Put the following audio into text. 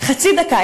חצי דקה.